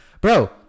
bro